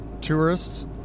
tourists